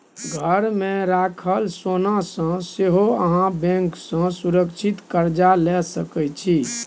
घरमे राखल सोनासँ सेहो अहाँ बैंक सँ सुरक्षित कर्जा लए सकैत छी